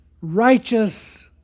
righteous